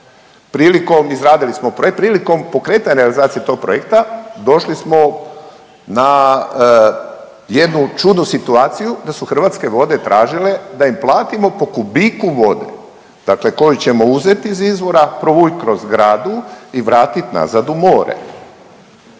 prilikom pokretanja realizacije tog projekta došli smo na jednu čudnu situaciju, da su Hrvatske vode tražile da im platimo po kubiku vode, dakle koju ćemo uzeti iz izvora, provući kroz zgradu i vratiti nazad u more.